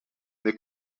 they